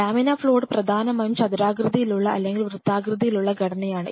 laminar flow hood പ്രധാനമായും ചതുരാകൃതിയിലുള്ള അല്ലെങ്കിൽ വൃത്താകൃതിയിലുള്ള ഘടനയാണ്